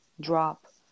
drop